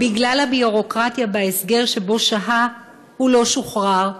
בגלל הביורוקרטיה בהסגר שבו שהה הוא לא שוחרר,